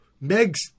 Meg's